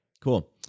Cool